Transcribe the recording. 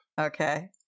Okay